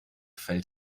fällt